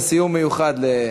(תרגום: מדוע נסים זאב תמיד אחריך?) יש סיום מיוחד,